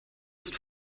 ist